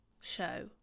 show